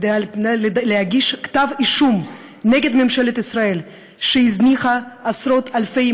כדי להגיש כתב-אישום נגד ממשלת ישראל שהזניחה עשרות-אלפי,